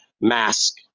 mask